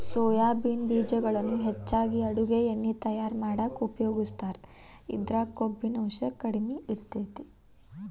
soybean ಬೇಜಗಳನ್ನ ಹೆಚ್ಚಾಗಿ ಅಡುಗಿ ಎಣ್ಣಿ ತಯಾರ್ ಮಾಡಾಕ ಉಪಯೋಗಸ್ತಾರ, ಇದ್ರಾಗ ಕೊಬ್ಬಿನಾಂಶ ಕಡಿಮೆ ಇರತೇತಿ